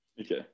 Okay